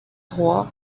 droit